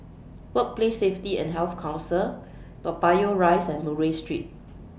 Workplace Safety and Health Council Toa Payoh Rise and Murray Street